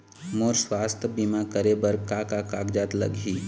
मोर स्वस्थ बीमा करे बर का का कागज लगही?